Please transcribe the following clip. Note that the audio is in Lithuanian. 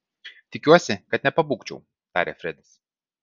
tikiuosi kad nepabūgčiau tarė fredis